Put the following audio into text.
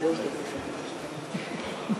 חבר הכנסת יעקב מרגי,